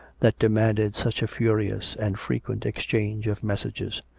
that demanded such a furious and frequent exchange of messages.